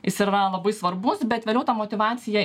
jis yra labai svarbus bet vėliau ta motyvacija